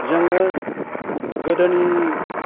जोङो गोदोनि